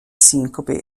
sincope